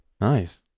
Nice